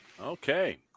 Okay